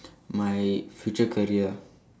my future career